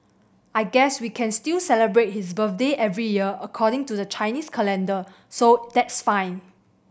I guess we can still celebrate his birthday every year according to the Chinese calendar so that's fine